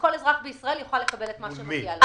שכל אזרח בישראל יוכל לקבל את מה שמגיע לו.